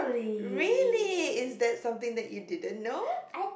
really is that something that you didn't know